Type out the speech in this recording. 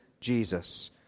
Jesus